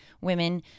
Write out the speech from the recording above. women